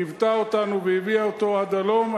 ליוותה אותנו והביאה אותו עד הלום.